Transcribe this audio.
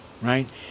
right